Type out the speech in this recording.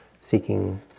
seeking